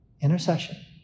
intercession